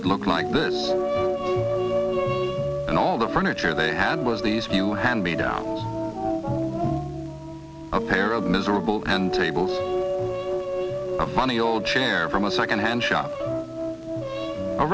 it looked like that and all the furniture they had was these you hand me down a pair of miserable and table a funny old chair from a second hand shop a